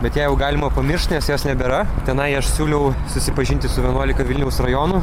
bet ją jau galima pamiršt nes jos nebėra tenai aš siūliau susipažinti su vienuolika vilniaus rajonų